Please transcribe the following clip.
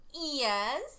Yes